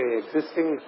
existing